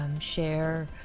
Share